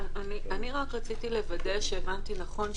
רק רציתי לוודא שהבנתי נכון,